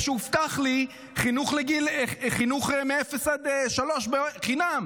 שהובטח לי חינוך מאפס עד שלוש חינם.